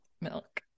Milk